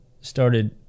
started